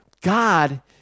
God